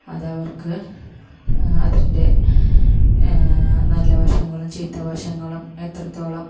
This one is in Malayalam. അതവർക്ക് അതിൻ്റെ നല്ല വശങ്ങളും ചീത്ത വശങ്ങളും എത്രത്തോളം